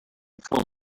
full